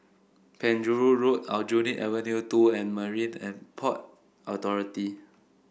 Penjuru Road Aljunied Avenue Two and Marine And Port Authority